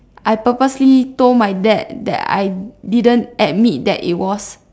I purposely told my dad that I didn't admit that it was